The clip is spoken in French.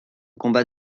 combat